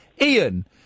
Ian